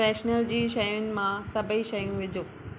freshener जी शयुनि मां सभई शयूं विझो